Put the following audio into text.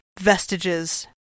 vestiges